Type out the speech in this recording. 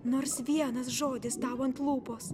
nors vienas žodis tau ant lūpos